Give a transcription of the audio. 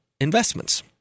investments